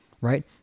right